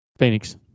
Phoenix